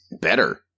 better